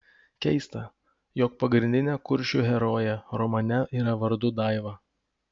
keista jog pagrindinė kuršių herojė romane yra vardu daiva